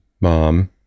Mom